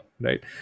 right